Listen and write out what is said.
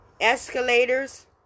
escalators